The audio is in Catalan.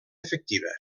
efectiva